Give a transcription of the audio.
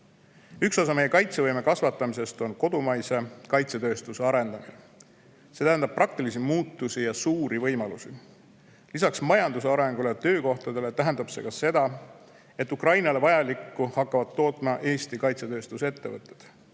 Üks osa meie kaitsevõime kasvatamisest on kodumaise kaitsetööstuse arendamine. See tähendab praktilisi muutusi ja suuri võimalusi. Lisaks majanduse arengule ja töökohtadele tähendab see ka seda, et Ukrainale vajalikku hakkavad tootma Eesti kaitsetööstusettevõtted,